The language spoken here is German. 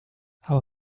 aber